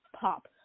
pop